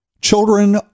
Children